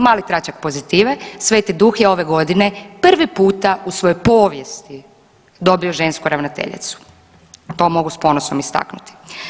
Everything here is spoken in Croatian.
Mali tračak pozitive Sv. Duh je ove godine prvi puta u svojoj povijesti dobio žensku ravnateljicu, to mogu s ponosom istaknuti.